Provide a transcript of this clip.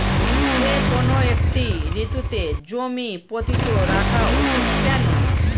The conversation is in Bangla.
যেকোনো একটি ঋতুতে জমি পতিত রাখা উচিৎ কেন?